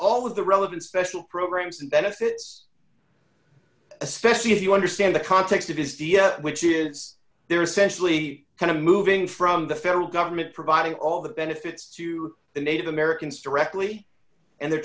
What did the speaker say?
all of the relevant special programs and benefits especially if you understand the context of is the which is they're essentially kind of moving from the federal government providing all the benefits to the native americans directly and they're